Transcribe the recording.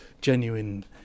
genuine